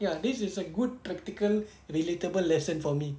ya this is like good practical relatable lesson for me